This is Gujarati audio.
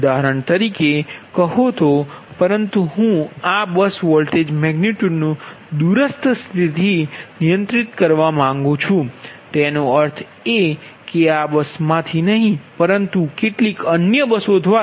ઉદાહરણ તરીકે કહો તો પરંતુ હું આ બસ વોલ્ટેજનુ મેગનિટયુડ દૂરસ્થ સ્થિતથી નિયંત્રિત કરવા માંગુ છું તેનો અર્થ એ કે આ બસમાંથી નહીં પરંતુ કેટલીક બીજી બસ દ્વારા